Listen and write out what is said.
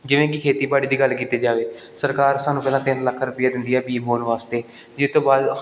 ਜਿਵੇਂ ਕਿ ਖੇਤੀਬਾੜੀ ਦੀ ਗੱਲ ਕੀਤੀ ਜਾਵੇ ਸਰਕਾਰ ਸਾਨੂੰ ਪਹਿਲਾਂ ਤਿੰਨ ਲੱਖ ਰੁਪਈਆ ਦਿੰਦੀ ਆ ਬੀਜ ਬੋਨ ਵਾਸਤੇ ਜਿਸ ਤੋਂ ਬਾਅਦ